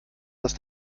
dass